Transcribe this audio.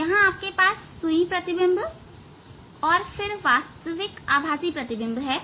यहां आपके पास सुई प्रतिबिंब और फिर वास्तविक आभासी प्रतिबिंब है